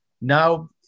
Now